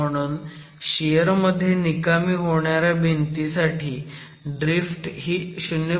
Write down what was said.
म्हणूनच शियर मध्ये निकामी होणाऱ्या भिंतीसाठी ड्रीफ्ट ही 0